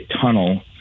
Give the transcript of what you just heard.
tunnel